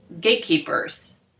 gatekeepers